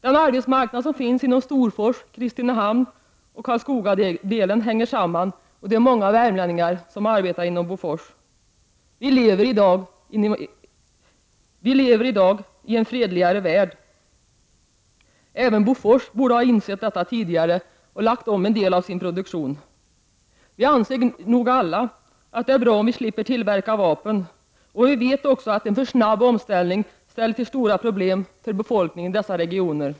Den arbetsmarknad som finns inom Storfors/Kristinehamn och Karlskogadelen hänger samman. Många värmlänningar arbetar inom Bofors. Vi lever i dag i en fredligare värld. Även Bofors borde ha insett detta tidigare och lagt om en del av sin produktion. Vi anser nog alla att det är bra om vi slipper tillverka vapen, men vi vet också att en för snabb omställning ställer till stora problem för befolkningen i dessa regioner.